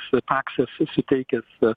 su paksu susiteikęs